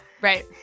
Right